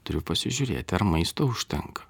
turiu pasižiūrėti ar maisto užtenka